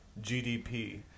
GDP